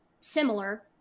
similar